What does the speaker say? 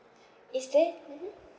is there mmhmm